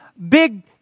Big